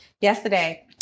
yesterday